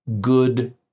good